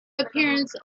appearance